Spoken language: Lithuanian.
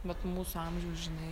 vat mūsų amžiaus žinai